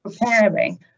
preparing